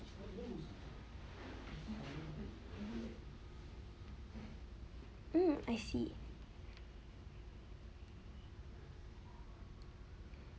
hmm I see